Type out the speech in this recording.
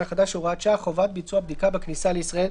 החדש (הוראת שעה) (חובת ביצוע בדיקה בכניסה לישראל),